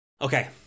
okay